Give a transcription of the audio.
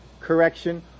correction